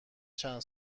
چند